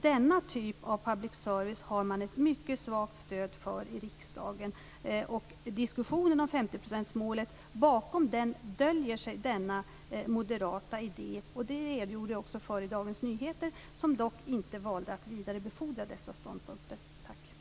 Denna typ av public service har man ett mycket svagt stöd för i riksdagen. Bakom diskussionen om 50-procentsmålet döljer sig denna moderata idé, vilket jag också redogjorde för i Dagens Nyheter, som dock inte valde att vidarebefordra dessa ståndpunkter.